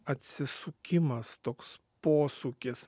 atsisukimas toks posūkis